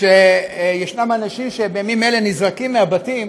שיש אנשים שבימים אלה נזרקים מהבתים